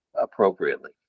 appropriately